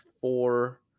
four